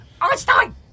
Einstein